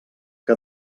que